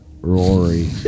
Rory